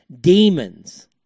demons